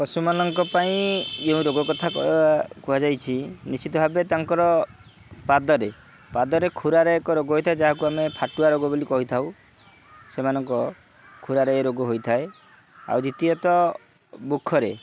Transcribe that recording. ପଶୁମାନଙ୍କ ପାଇଁ ଯେଉଁ ରୋଗ କଥା କୁହାଯାଇଛି ନିଶ୍ଚିତ ଭାବେ ତାଙ୍କର ପାଦରେ ପାଦରେ ଖୁରାରେ ଏକ ରୋଗ ହୋଇଥାଏ ଯାହାକୁ ଆମେ ଫାଟୁଆ ରୋଗ ବୋଲି କହିଥାଉ ସେମାନଙ୍କ ଖୁରାରେ ରୋଗ ହୋଇଥାଏ ଆଉ ଦ୍ୱିତୀୟତଃ ମୁଖରେ